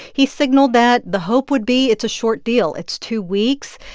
he signaled that the hope would be it's a short deal. it's two weeks.